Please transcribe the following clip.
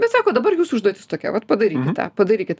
bet sako dabar jūsų užduotis tokia vat padarykit tą padarykit